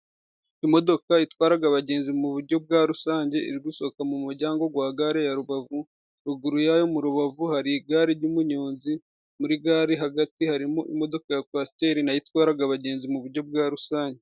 Imodoka itwaraga abagenzi mu buryo bwa rusange iri gusohoka mu muryango gwa gare ya Rubavu , ruguru yayo mu rubavu hari igare ry'umuyonzi muri gare hagati harimo imodoka ya kwasiteri nayo itwaraga abagenzi mu buryo bwa rusange.